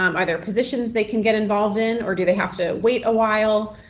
um are there positions they can get involved in, or do they have to wait awhile?